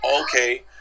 okay